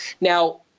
Now